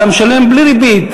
אתה משלם בלי ריבית,